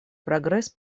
прогресс